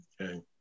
Okay